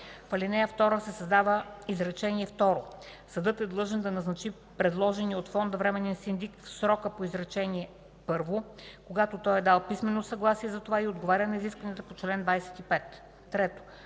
В ал. 2 се създава изречение второ: „Съдът е длъжен да назначи предложения от Фонда временен синдик в срока по изречение първо, когато той е дал писмено съгласие за това и отговаря на изискванията по чл. 25.” 3.